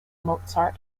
mozart